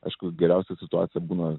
aišku geriausia situacija būna